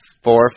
Four